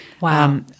Wow